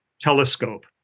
telescope